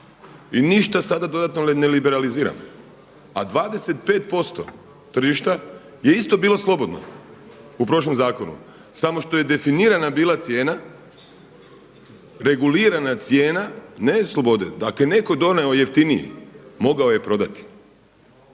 i ništa sada dodatno ne liberaliziramo. A 25% tržišta je isto bilo slobodno u prošlom zakonu samo što je definirana bila cijena, regulirana cijena ne slobode. Dakle, ako je netko donio jeftiniji, mogao je prodati.